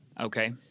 okay